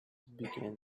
began